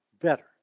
better